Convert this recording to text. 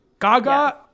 Gaga